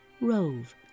rove